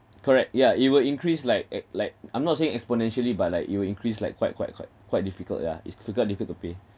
correct ya it will increase like it like I'm not saying exponentially but like you will increase like quite quite quite quite difficult yeah it's quite difficult to pay